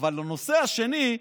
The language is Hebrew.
אבל הנושא השני,